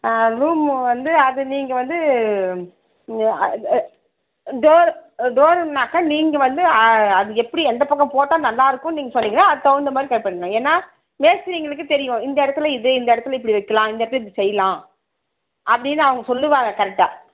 ஆ room வந்து அது நீங்கள் வந்து டோர் டோர்னாக்கா நீங்கள் வந்து அது எப்படி எந்த பக்கம் போட்டால் நல்லாயிருக்கும் நீங்கள் சொன்னீங்கன்னால் அதுக்கு தகுந்த மாதிரி கரெக்ட் பண்ணலாம் ஏன்னால் மேஸ்த்ரிங்களுக்கு தெரியும் இந்த இடத்துல இது இந்த இடத்துல இப்படி வைக்கிலாம் இந்த இடத்துல இப்படி செய்யலாம் அப்படின்னு அவங்க சொல்லுவாங்க கரெக்டாக